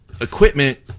equipment